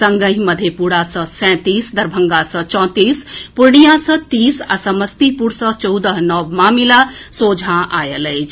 संगहि मधेपुरा सॅ सैंतीस दरभंगा सॅ चौंतीस पूर्णिया सॅ तीस आ समस्तीपुर सॅ चौदह नव मामिला सोझा आयल अछि